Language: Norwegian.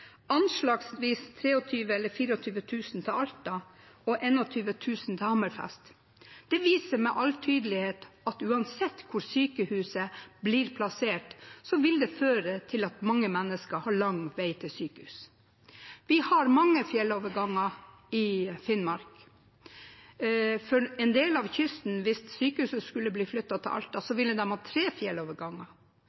anslagsvis 23 000 eller 24 000 til Alta og 21 000 til Hammerfest. Det viser med all tydelighet at uansett hvor sykehuset blir plassert, vil det føre til at mange mennesker har lang vei til sykehus. Vi har mange fjelloverganger i Finnmark. Hvis sykehuset skulle bli flyttet til Alta, ville en del av kysten hatt tre fjelloverganger, og så ville de ha mistet muligheten til